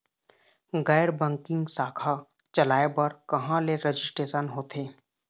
गैर बैंकिंग शाखा चलाए बर कहां ले रजिस्ट्रेशन होथे?